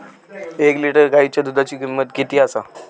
एक लिटर गायीच्या दुधाची किमंत किती आसा?